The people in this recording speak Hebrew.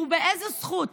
באיזו זכות?